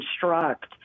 construct